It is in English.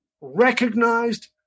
recognized